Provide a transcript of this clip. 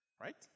right